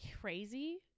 crazy